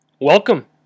welcome